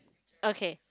okay